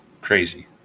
crazy